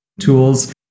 tools